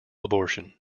abortion